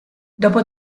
dopo